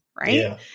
right